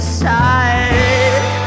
side